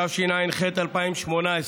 התשע"ח 2018,